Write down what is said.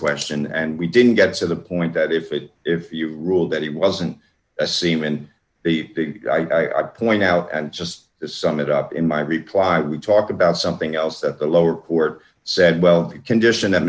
question and we didn't get to the point that if it if you rule that he wasn't a seaman a big guy i point out and just sum it up in my reply we talk about something else at the lower court said well condition that